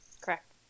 Correct